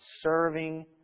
serving